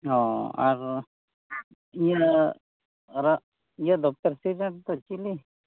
ᱚᱻ ᱟᱨ ᱤᱭᱟᱹ ᱤᱭᱟᱹᱫᱚ ᱯᱮᱨᱥᱤᱰᱮᱱᱴᱱᱫᱚ ᱪᱤᱞᱤ